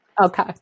Okay